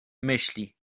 myśli